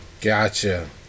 Gotcha